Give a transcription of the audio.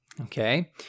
okay